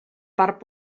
part